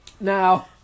Now